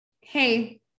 Hey